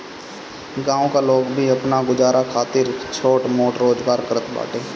गांव का लोग भी आपन गुजारा खातिर छोट मोट रोजगार करत बाटे